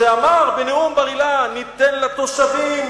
שאמר בנאום בר-אילן: ניתן לתושבים